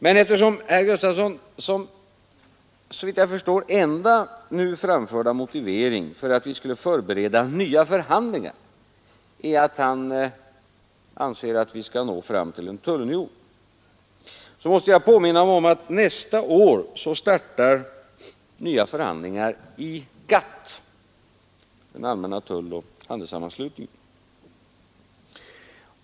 Men eftersom herr Gustafsons enda nu framförda motivering för att vi skulle förbereda nya förhandlingar är att han anser att vi skall nå fram till en tullunion, måste jag påminna honom om att nästa år startar nya 79 Nr 138 förhandlingar i GATT, den allmänna tulloch handelssammanslutningen.